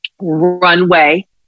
runway